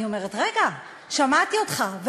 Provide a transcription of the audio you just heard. רואה ריאיון של רינה מצליח עם השר חיים כץ,